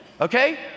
Okay